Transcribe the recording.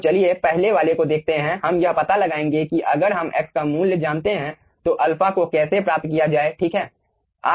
तो चलिए पहले वाले को देखते हैं हम यह पता लगाएंगे कि अगर हम x का मूल्य जानते हैं तो अल्फा को कैसे प्राप्त किया जाए ठीक है